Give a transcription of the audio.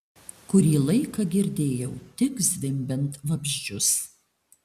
kurį laiką girdėjau tik zvimbiant vabzdžius